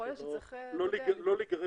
מודרנה עדיין לא ייצרה